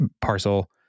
parcel